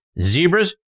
Zebras